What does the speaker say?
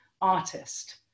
artist